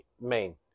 main